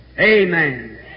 Amen